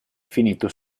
finito